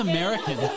American